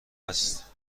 است